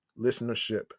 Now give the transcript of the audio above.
listenership